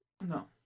No